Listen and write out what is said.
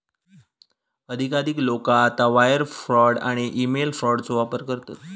अधिकाधिक लोका आता वायर फ्रॉड आणि ईमेल फ्रॉडचो वापर करतत